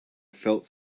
felt